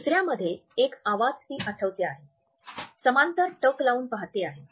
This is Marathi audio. दुसर्यामध्ये एक आवाज ती आठवते आहे समांतर टक लावून पाहते आहे